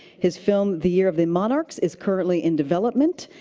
his film the year of the monarchs is currently in development,